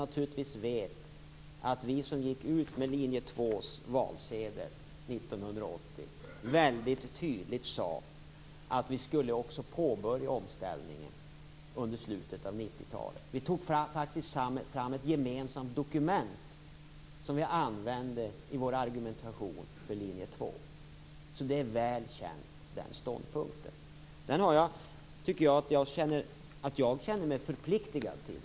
Naturligtvis vet de att vi som gick ut med linje 2:s valsedel 1980 väldigt tydligt sade att vi skulle påbörja avställningen under slutet av 90-talet. Vi tog faktiskt fram ett gemensamt dokument som vi använde i vår argumentation för linje 2. Den ståndpunkten är väl känd. Den tycker jag att jag känner mig förpliktad av.